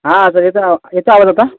हां सर येतो आवा येतो आवाज आता